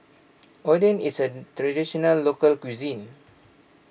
Oden is a Traditional Local Cuisine